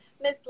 Miss